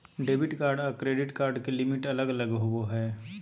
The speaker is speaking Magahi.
डेबिट कार्ड आर क्रेडिट कार्ड के लिमिट अलग अलग होवो हय